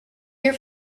hear